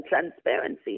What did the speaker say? transparency